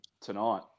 tonight